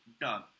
done